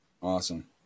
Awesome